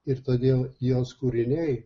ir todėl jos kūriniai